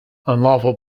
unlawful